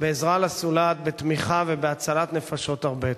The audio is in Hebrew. בעזרה לזולת, בתמיכה ובהצלת נפשות הרבה.